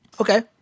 Okay